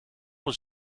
was